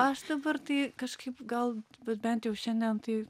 aš dabar tai kažkaip gal bet bent jau šiandien tai